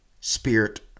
spirit